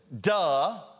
Duh